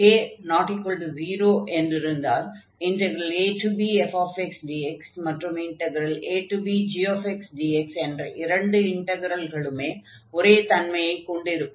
k≠0 என்றிருந்தால் abfxdx மற்றும் abgxdx என்ற இரண்டு இன்டக்ரல்களுமே ஒரே தன்மையைக் கொண்டிருக்கும்